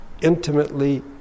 intimately